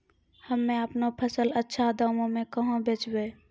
हम्मे आपनौ फसल अच्छा दामों मे कहाँ बेचबै?